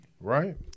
right